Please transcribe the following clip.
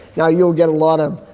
now, you'll get a lot of